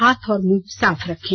हाथ और मुंह साफ रखें